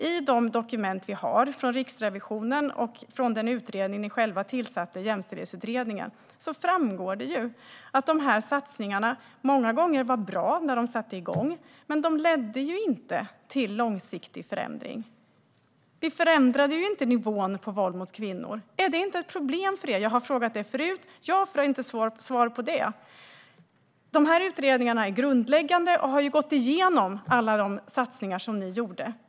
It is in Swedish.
I de dokument som finns från Riksrevisionen och Jämställdhetsutredningen - den utredning som ni själva tillsatte - framgår det att dessa satsningar många gånger var bra, men de ledde inte till en långsiktig förändring. De förändrade inte nivån på våld mot kvinnor. Är det inte ett problem för er? Jag har frågat er förut, men jag har inte fått svar på den frågan. Dessa utredningar är grundliga och har gått igenom alla de satsningar som ni gjorde.